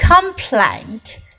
complaint